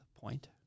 point